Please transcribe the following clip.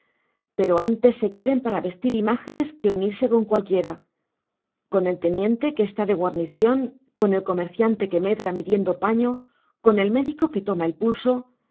pero antes se queden para vestir imágenes que unirse con cualquiera con el teniente que está de guarnición con el comerciante que medra midiendo paño con el médico que toma el pulso